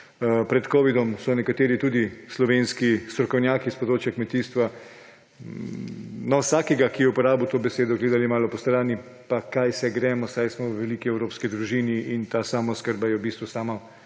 Pred covidom so nekateri tudi slovenski strokovnjaki s področja kmetijstva vsakega, ki je uporabil to besedo, gledali malo postrani, pa kaj se gremo, saj smo v veliki evropski družini in ta samooskrba je v bistvu sama